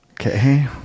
okay